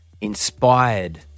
inspired